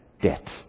Debt